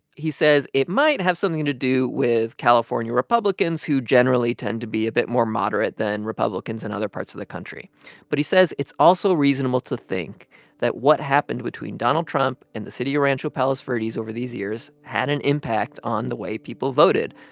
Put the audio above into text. he says it might have something to do with california republicans, who generally tend to be a bit more moderate than republicans in and other parts of the country but he says it's also reasonable to think that what happened between donald trump and the city rancho palos verdes over these years had an impact on the way people voted.